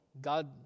God